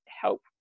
help